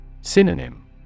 Synonym